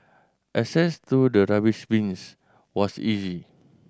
access to the rubbish bins was easy